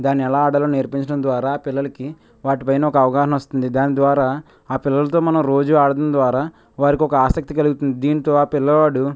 దాన్ని ఎలా ఆడాలో నేర్పించడం ద్వారా పిల్లలకి వాటిపైన ఒక అవగాహన వస్తుంది దాని ద్వారా ఆ పిల్లలతో మనం రోజూ ఆడడం ద్వారా వారికొక ఆసక్తి కలుగుతుంది దీంతో ఆ పిల్లవాడు